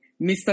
Mr